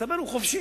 ומסתבר שהוא חופשי.